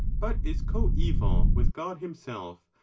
but is coeval with god himself,